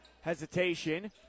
Hesitation